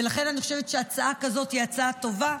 ולכן אני חושבת שהצעה כזאת היא הצעה טובה,